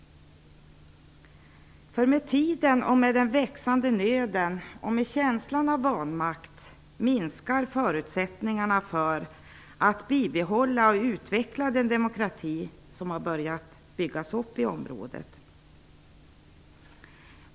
Med tiden, med den växande nöden och med känslan av vanmakt minskar förutsättningarna att bibehålla och utveckla den demokrati som har börjat byggas upp i området.